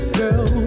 girl